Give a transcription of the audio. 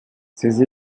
ces